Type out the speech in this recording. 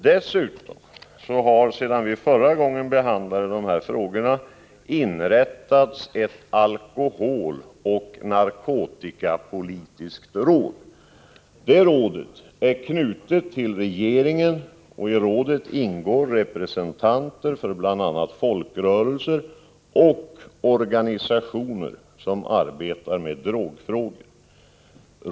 Dessutom har det sedan vi förra gången behandlade dessa frågor inrättats ett alkoholoch narkotikapolitiskt råd. Detta råd är knutet till regeringen, och i rådet ingår representanter för bl.a. folkrörelser och organisationer som arbetar med drogfrågor.